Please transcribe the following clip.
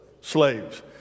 Slaves